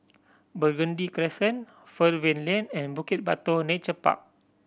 Burgundy Crescent Fernvale Lane and Bukit Batok Nature Park